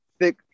thick